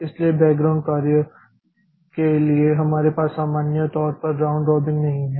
इसलिए बैकग्राउंड कार्य के लिए हमारे पास सामान्य तौर पर राउंड रॉबिन नहीं है